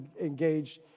engaged